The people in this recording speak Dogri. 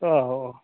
आहो